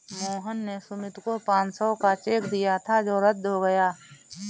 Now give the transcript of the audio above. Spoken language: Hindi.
मोहन ने सुमित को पाँच सौ का चेक दिया था जो रद्द हो गया